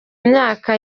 myaka